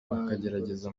bakagerageza